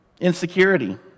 Insecurity